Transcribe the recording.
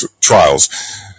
trials